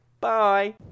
Bye